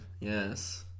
Yes